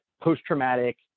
post-traumatic